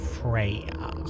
Freya